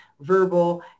verbal